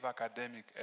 academic